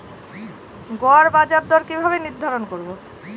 গড় বাজার দর কিভাবে নির্ধারণ করব?